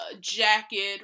jacket